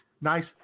nice